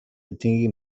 atingi